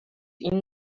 این